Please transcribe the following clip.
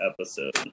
episode